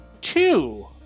two